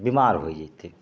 बिमार होइ जैतै